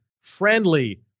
friendly